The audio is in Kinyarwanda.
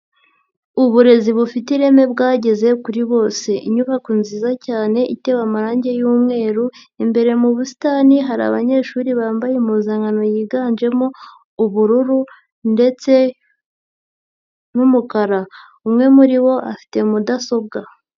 Uburezi bufite ireme bwageze kuri bose, inyubako nziza cyane itewe amarangi y'umweru, imbere mu busitani hari abanyeshuri bambaye impuzankano yiganjemo ubururu ndetse n'umukara, umwe muri bo afite mudasobwa.